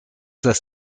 das